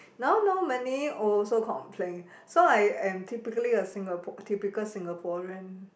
now no money also complain so I am typically a Singapore typical Singaporean